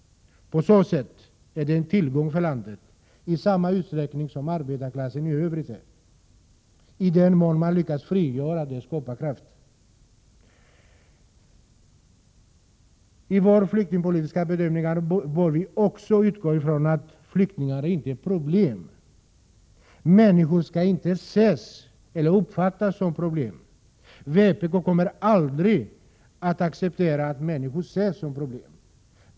Därför ärde en tillgång för landet i lika stor utsträckning som arbetarklassen i övrigt, i den mån man lyckas frigöra dess skaparkraft. I den flyktingpolitiska bedömningen bör vi också utgå från att flyktingar inte är detsamma som problem. Människor skall inte uppfattas som ett problem. Vi i vpk kommer aldrig att acceptera att människan uppfattas som ett problem.